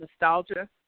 nostalgia